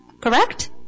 Correct